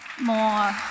more